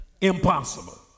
Impossible